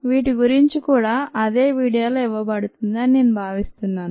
వీటి గురించి కూడా అదే వీడియోలో ఇవ్వబడుతుంది అని నేను భావిస్తున్నాను